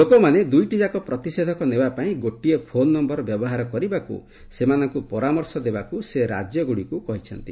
ଲୋକମାନେ ଦୁଇଟିଯାକ ପ୍ରତିଷେଧକ ନେବା ପାଇଁ ଗୋଟିଏ ଫୋନ୍ ନୟର ବ୍ୟବହାର କରିବାକୁ ସେମାନଙ୍କୁ ପରାମର୍ଶ ଦେବାକୁ ସେ ରାଜ୍ୟ ଗୁଡ଼ିକୁ କହିଛନ୍ତି